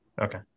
Okay